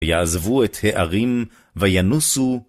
יעזבו את הערים, וינוסו